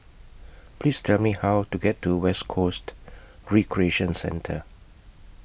Please Tell Me How to get to West Coast Recreation Centre